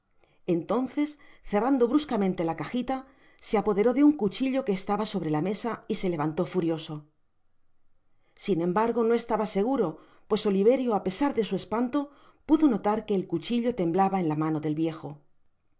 entonces cerrando bruscamente la cajita se apoderó de un cuchillo que estaba sobre la mesa y se levantó furioso sin embargo no estabj seguro pues oliverio á pesar de su espanto pudo notar que el cuchillo temblaba en la mano del viejo